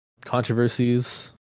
controversies